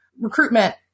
recruitment